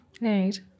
Right